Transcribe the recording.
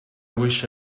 wish